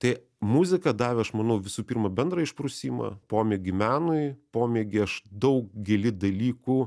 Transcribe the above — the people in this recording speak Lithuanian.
tai muzika davė aš manau visų pirma bendrą išprusimą pomėgį menui pomėgį aš daugelį dalykų